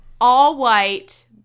all-white